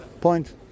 point